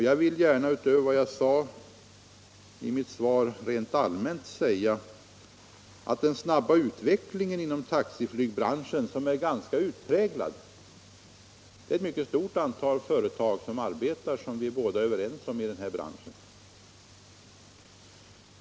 Jag vill gärna, utöver vad jag sade i mitt svar, nu rent allmänt säga att utvecklingen inom taxiflygbranschen — som är ganska utpräglad, eftersom det är ett ganska stort antal företag som arbetar i den branschen — varit snabb; det är vi överens om.